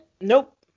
Nope